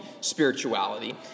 spirituality